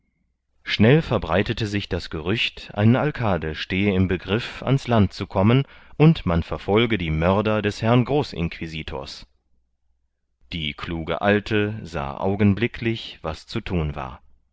schnell verbreitete sich das gerücht ein alcade stehe im begriff ans land zu kommen und man verfolge die mörder des herrn großinquisitors die kluge alte sah augenblicklich was zu thun war